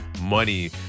money